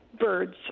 birds